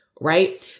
right